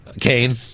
Kane